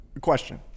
question